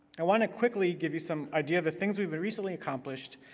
i want to quickly give you some idea of the things we've recently accomplished,